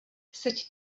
seď